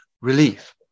relief